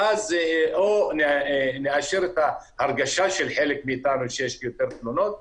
ואז או נאשר את ההרגשה של חלק מאתנו שיש יותר תלונות,